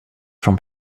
from